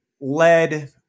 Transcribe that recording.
lead